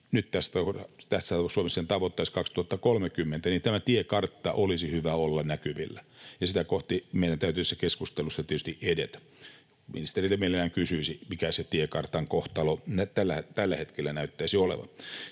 Nyt Suomi tavoittaisi sen 2030, niin että tämän tiekartan olisi hyvä olla näkyvillä ja sitä kohti meidän täytyisi keskusteluissa tietysti edetä. Ministeriltä mielelläni kysyisin, mikä se tiekartan kohtalo tällä hetkellä näyttäisi olevan.